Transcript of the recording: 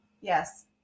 yes